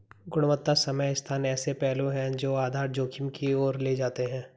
गुणवत्ता समय स्थान ऐसे पहलू हैं जो आधार जोखिम की ओर ले जाते हैं